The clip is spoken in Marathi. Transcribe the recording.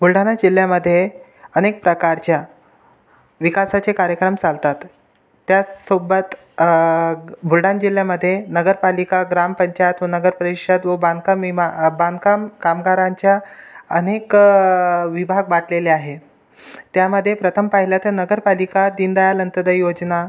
बुलढाणा जिल्ह्यामध्ये अनेक प्रकारचे विकासाचे कार्यक्रम चालतात त्याचसोबत बुलढाणा जिल्ह्यामध्ये नगरपालिका ग्रामपंचायत व नगर परिषद व बांधकाम विमा बांधकाम कामगारांच्या अनेक विभाग वाटलेले आहे त्यामध्ये प्रथम पाहिलं तर नगरपालिका दीनदयाल अंत्योदय योजना